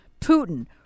Putin